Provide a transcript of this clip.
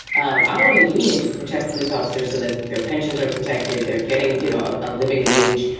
um i want a union to protect police officers so that their pensions are protected. they're getting, you know, a living wage,